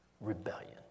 Rebellion